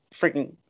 freaking